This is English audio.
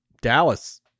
Dallas